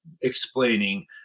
explaining